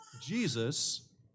Jesus